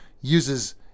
uses